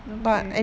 okay